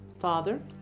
father